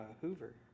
Hoover